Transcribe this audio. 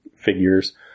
figures